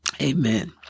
Amen